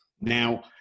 Now